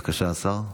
בבקשה, השר.